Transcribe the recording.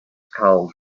cold